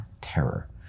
terror